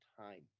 time